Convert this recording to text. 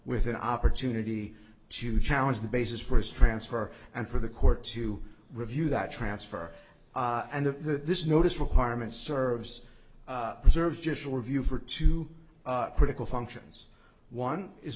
with an opportunity to challenge the basis for his transfer and for the court to review that transfer and the this notice requirement service reserved just to review for two critical functions one is